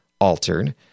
altered